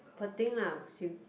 poor thing lah she